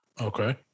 Okay